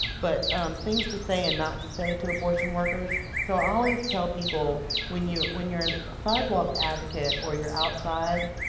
but things to say and not to say to abortion workers. so, i always tell people, when you're when you're and a sidewalk advocate or you're outside,